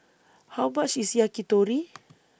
How much IS Yakitori